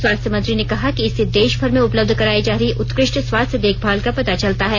स्वास्थ्य मंत्री ने कहा कि इससे देशभर में उपलब्ध कराई जा रही उत्कृष्ट स्वास्थ्य देखभाल का पता चलता है